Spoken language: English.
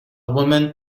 woman